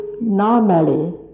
normally